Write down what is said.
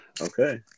Okay